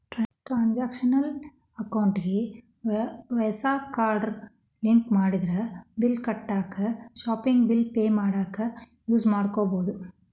transactional ಅಕೌಂಟಿಗಿ visa card link ಮಾಡಿದ್ರ bill ಕಟ್ಟಾಕ ಶಾಪಿಂಗ್ ಬಿಲ್ ಪೆ ಮಾಡಾಕ ಯೂಸ್ ಮಾಡಬೋದು